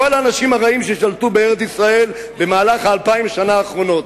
כל האנשים הרעים ששלטו בארץ-ישראל במהלך אלפיים השנה האחרונות.